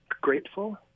grateful